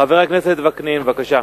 חבר הכנסת וקנין, בבקשה.